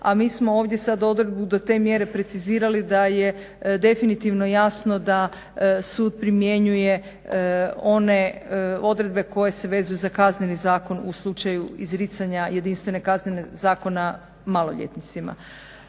a mi smo sada odredbu do te mjere precizirali da je definitivno jasno da sud primjenjuje one odredbe koje se vezuju za Kazneni zakon u slučaju izricanja jedinstvene kazne zakona maloljetnicima.